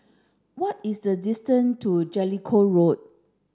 what is the distance to Jellicoe Road